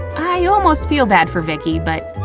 i almost feel bad for vicky but